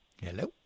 Hello